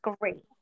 great